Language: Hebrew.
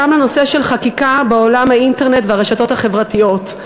מתייחס גם לנושא של חקיקה בעולם האינטרנט והרשתות החברתיות.